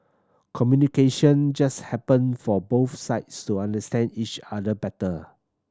communication just happen for both sides to understand each other better